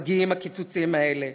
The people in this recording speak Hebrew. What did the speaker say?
מגיעים הקיצוצים האלה.